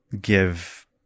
give